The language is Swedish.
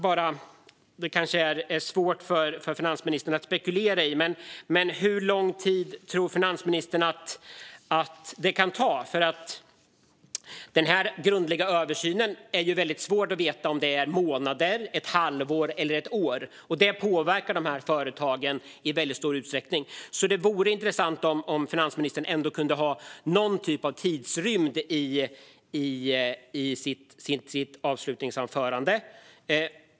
Det är kanske svårt för finansministern att spekulera i detta, men hur lång tid tror finansministern att det kan ta? När det gäller den grundliga översynen är det svårt att veta om det handlar om månader, ett halvår eller ett år. Det påverkar företagen i väldigt stor utsträckning. Det vore intressant om finansministern ändå kunde ange någon typ av tidsrymd i sitt avslutningsanförande.